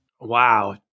Wow